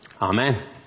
Amen